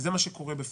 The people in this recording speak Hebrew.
וזה מה שקורה בפועל.